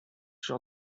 sur